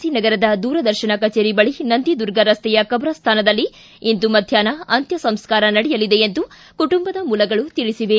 C ನಗರದ ದೂರದರ್ಶನ ಕಚೇರಿ ಬಳಿ ನಂದಿದುರ್ಗ ರಸ್ತೆಯ ಕಬರಸ್ವಾನದಲ್ಲಿ ಇಂದು ಮಧ್ಯಾಷ್ನ ಅಂತ್ಯ ಸಂಸ್ಕಾರ ನಡೆಯಲಿದೆ ಎಂದು ಕುಟುಂಬದ ಮೂಲಗಳು ತಿಳಿಸಿವೆ